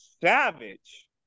savage